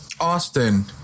Austin